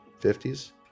50s